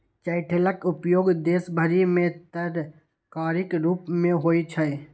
चठैलक उपयोग देश भरि मे तरकारीक रूप मे होइ छै